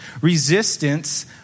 Resistance